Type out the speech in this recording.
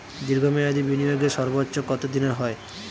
দীর্ঘ মেয়াদি বিনিয়োগের সর্বোচ্চ কত দিনের হয়?